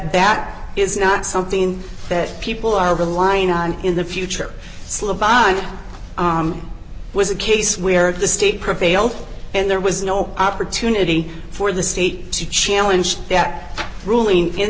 that is not something that people are relying on in the future slip by was a case where the state prevail and there was no opportunity for the state to challenge that ruling in